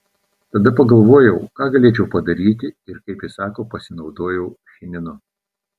tada pagalvojau ką galėčiau padaryti ir kaip ji sako pasinaudojau chininu